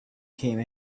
came